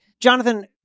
Jonathan